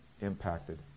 impacted